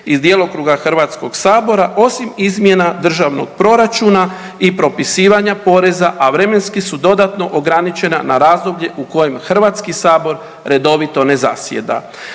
iz djelokruga HS-a osim izmjena državnog proračuna i propisivanja poreza, a vremenski su dodatno ograničena na razdoblje u kojem HS redovito ne zasjeda.